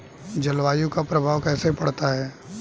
जलवायु का प्रभाव कैसे पड़ता है?